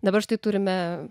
dabar štai turime